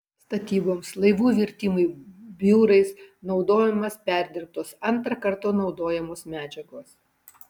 statyboms laivų virtimui biurais naudojamos perdirbtos antrą kartą naudojamos medžiagos